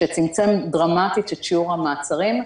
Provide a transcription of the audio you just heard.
שצמצם דרמטית את שיעור המעצרים,